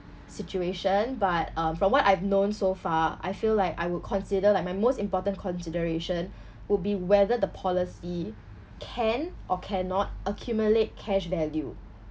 situation but uh from what I've known so far I feel like I would consider like my most important consideration would be whether the policy can or cannot accumulate cash value